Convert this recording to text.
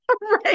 Right